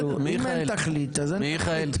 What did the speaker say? כאילו אם אין תכלית --- מיכאל,